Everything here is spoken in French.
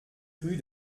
rue